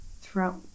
throughout